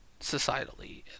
societally